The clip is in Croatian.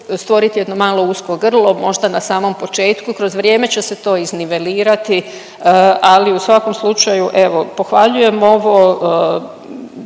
stvorit jedno malo usko grlo, možda na samom početku. Kroz vrijeme će se to iznivelirati ali u svakom slučaju evo pohvaljujem ovo